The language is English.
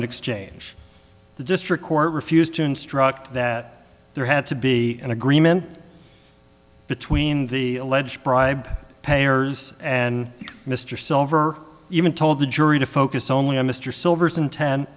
an exchange the district court refused to instruct that there had to be an agreement between the alleged bribe payers and mr silver even told the jury to focus only on mr silverstein ten